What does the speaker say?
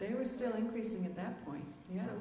they were still increasing at that point ye